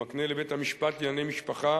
שמקנה לבית-המשפט לענייני משפחה,